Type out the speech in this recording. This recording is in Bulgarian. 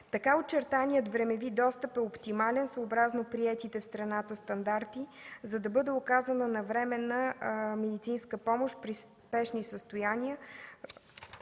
Така очертаният времеви достъп е оптимален съобразно приетите в страната стандарти, за да бъде оказана навременна медицинска помощ при спешни състояния